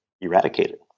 eradicated